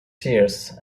seers